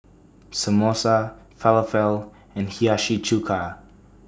Samosa Falafel and Hiyashi Chuka